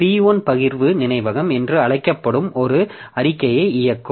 P1 பகிர்வு நினைவகம் என்று அழைக்கப்படும் ஒரு அறிக்கையை இயக்கும்